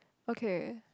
okay